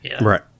Right